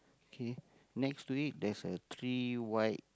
okay next to it that's a three white